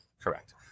correct